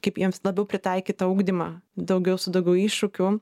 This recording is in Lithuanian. kaip jiems labiau pritaikytą ugdymą daugiau su daugiau iššūkių